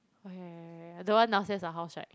uh the one downstairs your house [right]